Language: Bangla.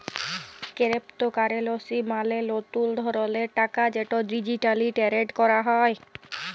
কেরেপ্তকারেলসি মালে লতুল ধরলের টাকা যেট ডিজিটালি টেরেড ক্যরা হ্যয়